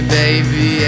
baby